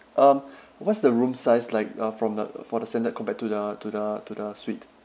um what's the room size like uh from the for the standard compared to the to the to the suite